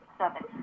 seven